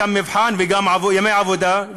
גם מבחן וגם ימי עבודה,